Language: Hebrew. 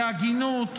בהגינות,